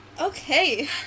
Okay